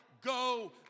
go